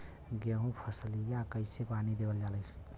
गेहूँक फसलिया कईसे पानी देवल जाई?